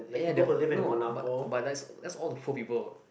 eh ya they are no but but likes that's all the poor people